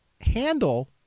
handle